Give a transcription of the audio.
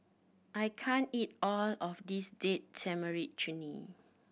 I can't eat all of this Date Tamarind Chutney